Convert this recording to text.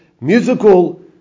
musical